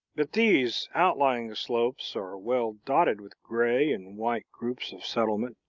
but these outlying slopes are well dotted with gray and white groups of settlement,